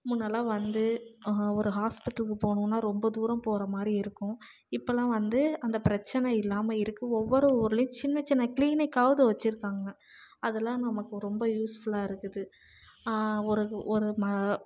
முன்னெல்லாம் வந்து ஒரு ஹாஸ்பிடலுக்கு போகணும்னா ரொம்ப தூரம் போகிற மாதிரி இருக்கும் இப்போல்லாம் வந்து அந்த பிரச்சனை இல்லாமல் இருக்குது ஒவ்வொரு ஊர்லேயும் சின்ன சின்ன க்ளினிக்காவது வச்சுருக்காங்க அதெல்லாம் நமக்கு ரொம்ப யூஸ்ஃபுல்லாக இருக்குது ஒரு ஒரு மா